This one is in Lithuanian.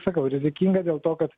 sakau rizikinga dėl to kad